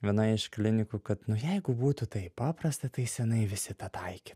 vienai iš klinikų kad nu jeigu būtų taip paprasta tai senai visi tą taiky